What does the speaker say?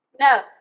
No